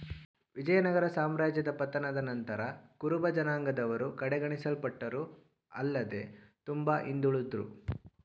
ವಿಜಯನಗರ ಸಾಮ್ರಾಜ್ಯದ ಪತನದ ನಂತರ ಕುರುಬಜನಾಂಗದವರು ಕಡೆಗಣಿಸಲ್ಪಟ್ಟರು ಆಲ್ಲದೆ ತುಂಬಾ ಹಿಂದುಳುದ್ರು